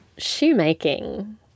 shoemaking